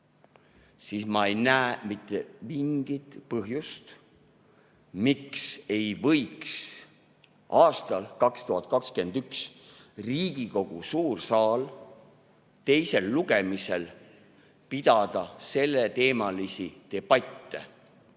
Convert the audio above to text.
siis ma ei näe mingit põhjust, miks ei võiks aastal 2021 Riigikogu suur saal teisel lugemisel pidada selleteemalisi debatte.